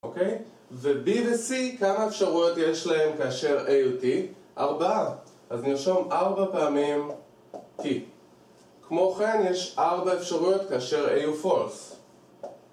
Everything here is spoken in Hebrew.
אוקיי? וB וC כמה אפשרויות יש להם כאשר A הוא T? ארבעה, אז נרשום ארבע פעמים T. כמו כן יש ארבע אפשרויות כאשר A הוא False